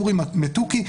אורי מתוקי,